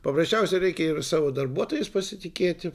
paprasčiausiai reikia ir savo darbuotojais pasitikėti